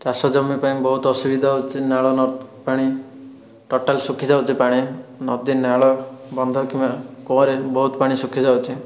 ଚାଷଜମି ପାଇଁ ବହୁତ ଅସୁବିଧା ହେଉଛି ନାଳନର୍ଦ୍ଦମା ପାଣି ଟୋଟାଲ ଶୁଖିଯାଉଛି ପାଣି ନଦୀ ନାଳ ବନ୍ଧ କିମ୍ବା କୂଅରେ ବହୁତ ପାଣି ଶୁଖିଯାଉଛି